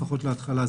לפחות בהתחלה,